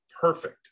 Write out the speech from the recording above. perfect